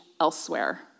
elsewhere